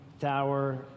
tower